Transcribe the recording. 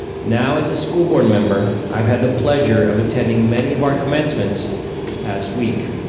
now as a school board member, i've had the pleasure of attending many of our commencements this past week.